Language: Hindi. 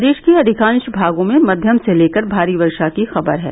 प्रदेश के अधिकांश भागों में मध्यम से लेकर भारी वर्षा की खबर है